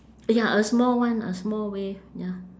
ya a small one a small wave ya